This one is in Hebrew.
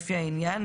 לפני העניין,